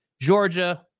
Georgia